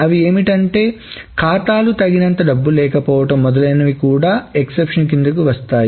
అవి ఏమిటంటే ఖాతాలు తగినంత డబ్బు లేకపోవడం మొదలైనవి కూడా ఎక్సెప్షన్ కిందకి వస్తది